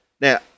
Now